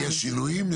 ויש שינויים?